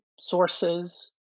sources